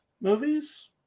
movies